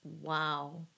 Wow